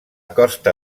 costa